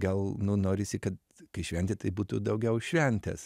gal nu norisi kad kai šventė tai būtų daugiau šventės